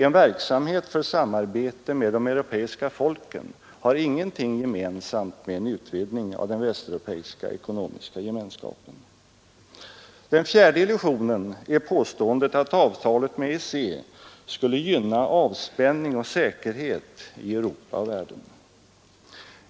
En verksamhet för samarbete med de europeiska folken har ingenting gemensamt med en utvidgning av den västeuropeiska ekonomiska gemenskapen. Den fjärde illusionen är att avtalet med EEC skulle gynna avspänning och säkerhet i Europa och världen.